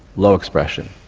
low expression.